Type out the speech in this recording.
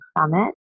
summit